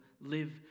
live